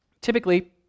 Typically